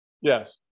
Yes